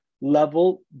level